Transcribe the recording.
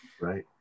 Right